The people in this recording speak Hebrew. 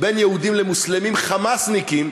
בין יהודים למוסלמים, "חמאסניקים",